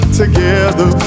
together